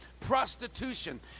prostitution